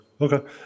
Okay